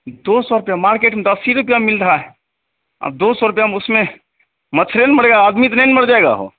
दो सौ रुपये मार्केट में तो अस्सी रुपये मिल रहा है अब दो सौ रुपये में उसमें मच्छर ना मरेगा आदमी तो नहीं ना मर जाएगा हो